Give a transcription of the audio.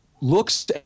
looks